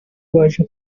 baje